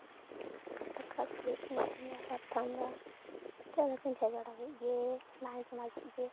ᱫᱟᱠᱟ ᱩᱛᱩᱭ ᱦᱩᱭᱩᱜ ᱛᱤᱧ ᱜᱮᱭᱟ ᱵᱟᱨ ᱫᱷᱚᱢ ᱫᱚ ᱪᱩᱞᱦᱟᱹ ᱠᱩᱧ ᱪᱷᱚᱸᱪ ᱵᱟᱲᱟ ᱠᱮᱫ ᱜᱮ ᱫᱟᱜ ᱤᱧ ᱪᱚᱸᱫᱟ ᱠᱮᱫ ᱜᱮ